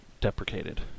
deprecated